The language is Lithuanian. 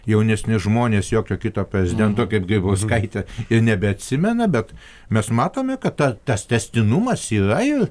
jaunesni žmonės jokio kito prezidento kaip grybauskaitė ir nebeatsimena bet mes matome kad ta tas tęstinumas yra ir